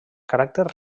caràcters